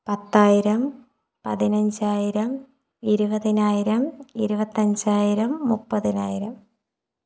പത്തായിരം പതിനഞ്ചായിരം ഇരുപതിനായിരം ഇരുപത്തഞ്ചായിരം മുപ്പതിനായിരം